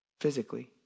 physically